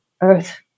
Earth